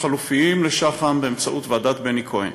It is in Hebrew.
חלופיים לשח"ם באמצעות ועדת בני כהן.